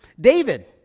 David